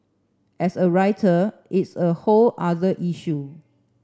as a writer it's a whole other issue